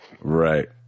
Right